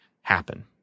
happen